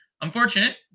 unfortunate